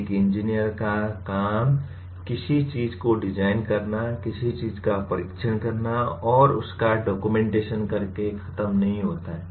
एक इंजीनियर का काम किसी चीज को डिजाइन करना किसी चीज का परीक्षण करना और उसका डॉक्यूमेंटेशन करके खत्म नहीं होता है